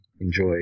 enjoy